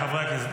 חברי הכנסת.